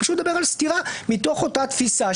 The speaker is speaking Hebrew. הוא פשוט מדבר על סתירה מתוך אותה תפיסה,